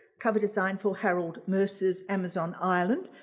cover design for harold mercer's amazon island,